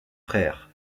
frères